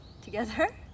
together